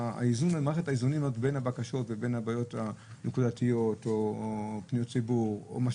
מערכת האיזונים בין פניות הציבור או בין